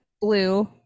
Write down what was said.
blue